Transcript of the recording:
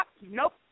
Nope